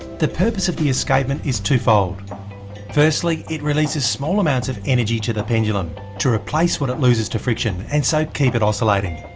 the purpose of the escapement is twofold firstly, it releases small amounts of energy to the pendulum to replace what it loses to friction, and so keep it oscillating.